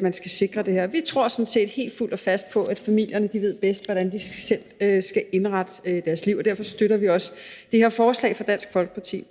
man skal sikre det her. Vi tror sådan set helt fuldt og fast på, at familierne selv bedst ved, hvordan de skal indrette deres liv, og derfor støtter vi også det her forslag fra Dansk Folkeparti.